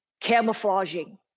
camouflaging